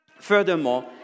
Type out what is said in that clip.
Furthermore